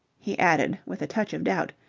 he added, with a touch of doubt,